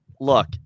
look